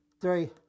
three